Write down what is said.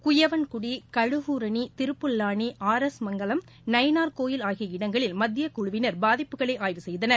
Kuyavankudi Kazhugoorani Thiruppullani R S Mangalam Nainar Koil ஆகிய இடங்களில் மத்தியக் குழுவினர் பாதிப்புகளை ஆய்வு செய்தனர்